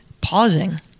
pausing